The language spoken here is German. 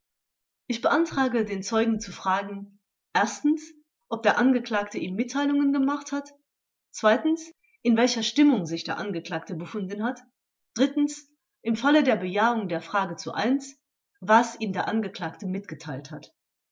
ich beantrage den zeugen zu fragen ob der angeklagte ihm mitteilungen gemacht hat in welcher stimmung sich der angeklagte befunden hat im falle der bejahung der frage was ihm der angeklagte mitgeteilt hat